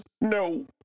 no